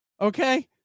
okay